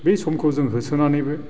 बे समखौ जों होसोनानैबो